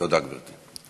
תודה, גברתי.